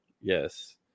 Yes